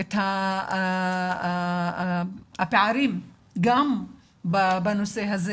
את הפערים גם בנושא הזה,